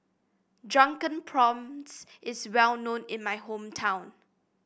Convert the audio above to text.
Drunken Prawns is well known in my hometown